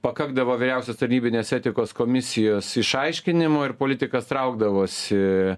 pakakdavo vyriausios tarnybinės etikos komisijos išaiškinimo ir politikas traukdavosi